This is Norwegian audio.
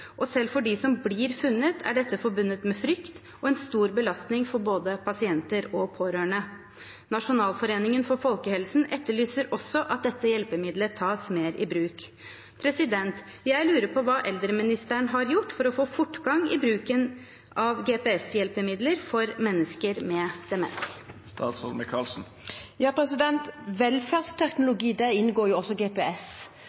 selv for dem som blir funnet, er dette forbundet med frykt og er en stor belastning for både pasienter og pårørende. Nasjonalforeningen for folkehelsen etterlyser også at dette hjelpemidlet tas mer i bruk. Jeg lurer på hva eldreministeren har gjort for å få fortgang i bruken av GPS-hjelpemidler for mennesker med demens.